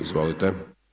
Izvolite.